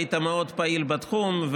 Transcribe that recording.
היית מאוד פעיל בתחום,